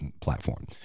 platform